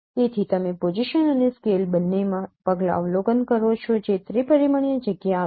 તેથી તમે પોઝિશન અને સ્કેલ બંનેમાં પગલાં અવલોકન કરો છો જે ત્રિ પરિમાણીય જગ્યા આપશે